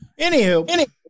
Anywho